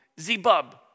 Zebub